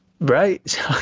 Right